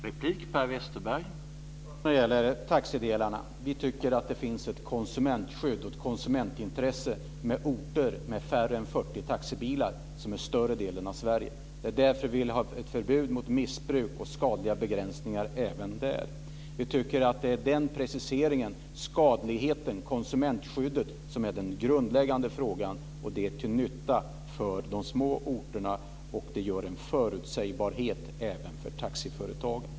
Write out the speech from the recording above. Herr talman! Först vill jag när det gäller taxidelarna säga att vi tycker att det finns ett konsumentintresse att ta vara på vad gäller orter med färre än 40 taxibilar, dvs. större delen av Sverige. Det är därför vi vill ha ett förbud mot missbruk och skadliga begränsningar även där. Vi tycker att det är den preciseringen som är den grundläggande frågan. Det är till nytta för de små orterna. Det skapar en förutsägbarhet även för taxiföretagen.